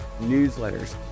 newsletters